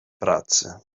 pracy